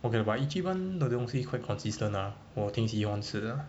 okay but ichiban 的东西 quite consistent lah 我挺喜欢吃的 uh